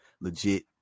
legit